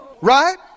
Right